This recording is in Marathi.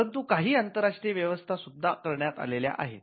परंतु काही आंतरराष्ट्रीय व्यवस्था सुद्धा करण्यात आलेल्या आहेत